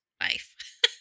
life